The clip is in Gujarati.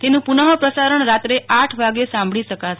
તેનું પુનઃ પ્રસારણ રાત્રે આઠ વાગે સાંભળી શકાશે